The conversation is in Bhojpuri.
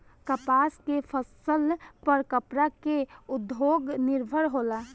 कपास के फसल पर कपड़ा के उद्योग निर्भर होला